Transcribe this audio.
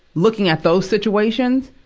looking at those situations,